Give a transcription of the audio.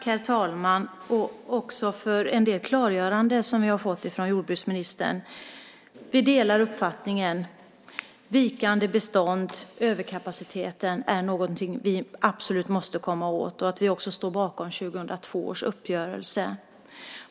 Herr talman! Tack för en del klargöranden som vi har fått från jordbruksministern! Vi delar uppfattningen att vikande bestånd och överkapaciteten är någonting som vi absolut måste komma åt, och vi står också bakom 2002 års uppgörelse.